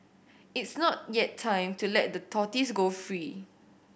it's not yet time to let the tortoise go free